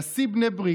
נשיא בני ברית,